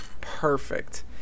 perfect